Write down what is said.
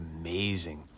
amazing